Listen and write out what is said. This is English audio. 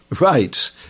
Right